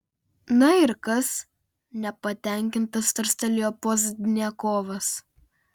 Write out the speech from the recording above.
na ir kas nepatenkintas tarstelėjo pozdniakovas